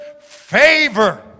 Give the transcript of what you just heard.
favor